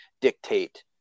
dictate